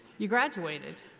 you graduated.